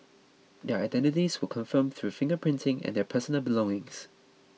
their identities were confirmed through finger printing and their personal belongings